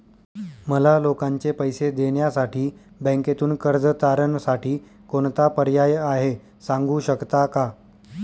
मला लोकांचे पैसे देण्यासाठी बँकेतून कर्ज तारणसाठी कोणता पर्याय आहे? सांगू शकता का?